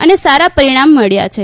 અને સારાં પરિણામ મળ્યાં છે